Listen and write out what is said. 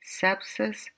sepsis